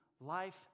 life